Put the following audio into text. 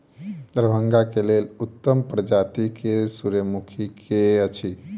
दरभंगा केँ लेल उत्तम प्रजाति केँ सूर्यमुखी केँ अछि?